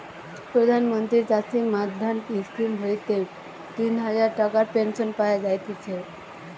প্রধান মন্ত্রী চাষী মান্ধান স্কিম হইতে তিন হাজার টাকার পেনশন পাওয়া যায়তিছে